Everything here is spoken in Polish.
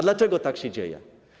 Dlaczego tak się dzieje?